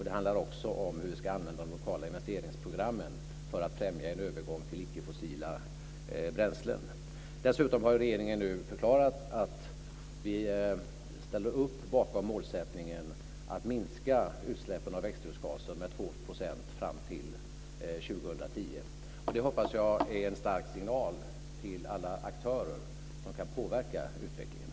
Det handlar också om hur vi ska använda de lokala investeringsprogrammen för att främja en övergång till icke fossila bränslen. Dessutom har regeringen förklarat att vi ställer upp bakom målsättningen att minska utsläppen av växthusgaser med 2 % fram till 2010. Det hoppas jag är en stark signal till alla aktörer som kan påverka utvecklingen.